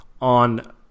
On